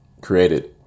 Created